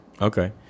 Okay